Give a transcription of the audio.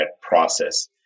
process